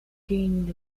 gained